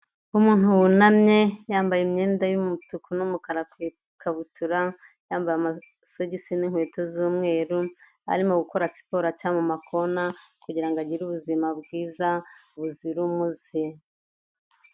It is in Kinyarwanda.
Umuntu wunamye yambaye imyenda y'umutuku n'umukara ku ikabutura, yambaye amasogsi n'inkweto z'umweru, arimo gukora siporo cyangwa amakona kugirango agire ubuzima bwiza buzira umuze.